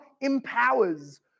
empowers